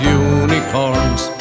unicorns